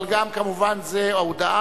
אבל גם כמובן זה ההודעה.